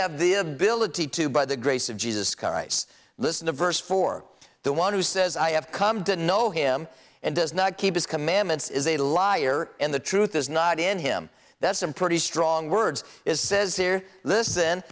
have the ability to by the grace of jesus christ listen to verse four the one who says i have come to know him and does not keep his commandments is a liar and the truth is not in him that's some pretty strong words is says here listen